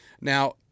Now